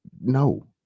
No